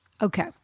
okay